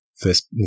first